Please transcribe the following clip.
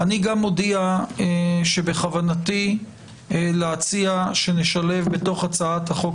אני מודיע שבכוונתי להציע שנשלב בתוך הצעת החוק